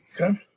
Okay